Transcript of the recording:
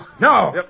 no